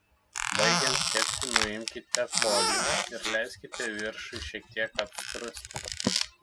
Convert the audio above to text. baigiant kepti nuimkite foliją ir leiskite viršui šiek tiek apskrusti